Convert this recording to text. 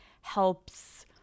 helps